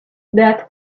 that